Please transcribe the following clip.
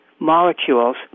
molecules